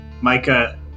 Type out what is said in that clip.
Micah